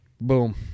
Boom